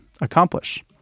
accomplish